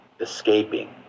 escaping